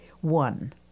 one